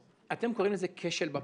אתם קוראים לזה: כשל בבחינה.